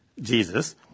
Jesus